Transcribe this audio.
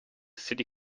city